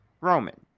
Roman